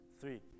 three